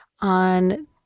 on